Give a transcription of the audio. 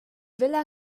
villa